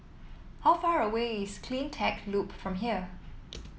how far away is CleanTech Loop from here